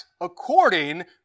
according